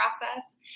process